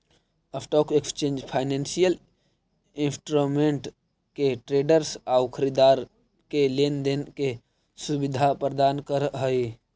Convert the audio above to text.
stock exchange financial instrument के traders आउ खरीदार के लेन देन के सुविधा प्रदान करऽ हइ